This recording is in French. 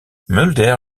mulder